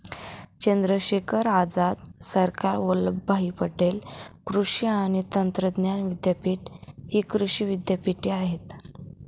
चंद्रशेखर आझाद, सरदार वल्लभभाई पटेल कृषी आणि तंत्रज्ञान विद्यापीठ हि कृषी विद्यापीठे आहेत